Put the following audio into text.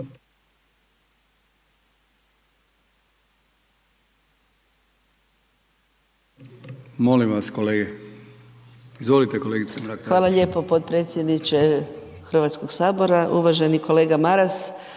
Hvala lijepo potpredsjedniče Hrvatskog sabora. Uvaženi kolega Maras.